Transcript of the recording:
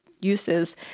Uses